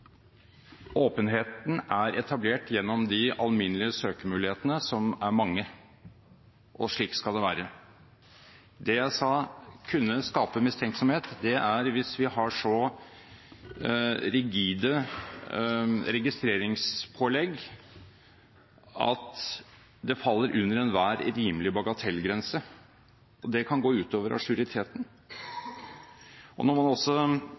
Åpenheten er etablert gjennom de alminnelige søkemulighetene, som er mange, og slik skal det være. Det jeg sa kunne skape mistenksomhet, er hvis vi har så rigide registreringspålegg at det faller under en enhver rimelig bagatellgrense, og det kan gå ut over ajouriteten. Og når man